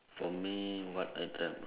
for me what I dreamt ah